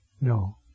No